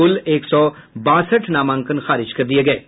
कुल एक सौ बासठ नामांकन खारिज कर दिये गये हैं